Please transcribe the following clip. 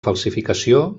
falsificació